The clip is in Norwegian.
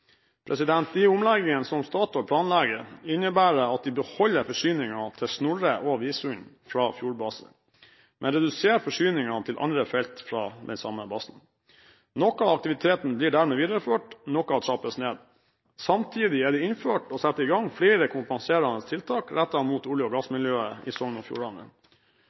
De omleggingene som Statoil planlegger, innebærer at de beholder forsyningene til Snorre og Visund fra Fjordbase, men reduserer forsyningene til andre felt fra den samme basen. Noe av aktiviteten blir dermed videreført, noe trappes ned. Samtidig er det innført å sette i gang flere kompenserende tiltak rettet mot olje- og gassmiljøet i Sogn og Fjordane.